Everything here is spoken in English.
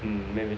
mm maybe